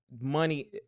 money